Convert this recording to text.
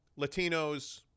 Latinos